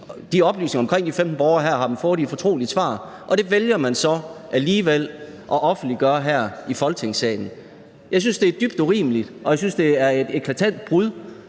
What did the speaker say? Oplysningerne om de her 15 borgere har vi fået i et fortroligt svar, og det vælger man så alligevel at offentliggøre her i Folketingssalen. Jeg synes, det er dybt urimeligt, og jeg synes, det er et eklatant brud